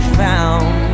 found